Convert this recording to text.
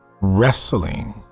wrestling